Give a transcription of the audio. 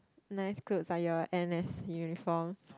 nice clothes like your n_s uniform